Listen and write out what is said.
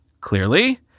clearly